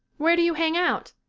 where do you hang out?